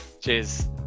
Cheers